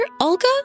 Olga